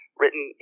written